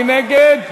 מי נגד?